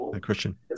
Christian